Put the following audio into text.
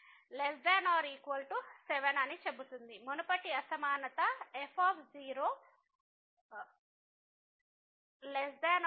కాబట్టి ఇది దీనిని సూచిస్తుంది 7≤ f0≤ 3 కాబట్టి మీరు ఇక్కడ మైనస్ 1 తో గుణిస్తే అసమానత మారుతుంది కాబట్టి 7 ≥ f0 ≥ 3 కాబట్టి ఈ అసమానత మనకు ఇప్పుడు f0≥3మరియు ≤7 ను పొందుతుంది ఇదిf0≥3 కానీ ≤7 అని చెబుతుంది